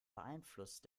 beeinflusst